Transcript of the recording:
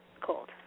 cold